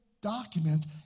document